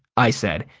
i said,